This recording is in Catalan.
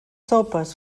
sopes